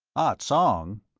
ah tsong?